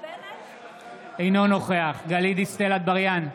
אינו נוכח גלית דיסטל אטבריאן,